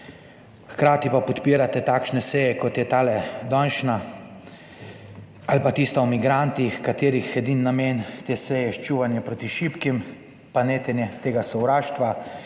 hkrati pa podpirate takšne seje, kot je tale današnja, ali pa tista o migrantih, katerih edini namen te seje je čuvanje proti šibkim, pa netenje tega sovraštva,